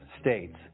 states